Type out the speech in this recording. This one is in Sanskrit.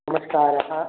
नमस्कारः